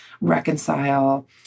reconcile